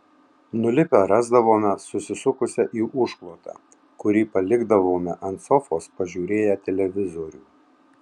nulipę rasdavome susisukusią į užklotą kurį palikdavome ant sofos pažiūrėję televizorių